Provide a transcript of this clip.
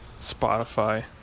Spotify